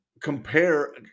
compare